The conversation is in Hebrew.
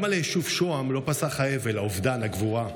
גם על היישוב שוהם לא פסחו האבל, האובדן, הגבורה.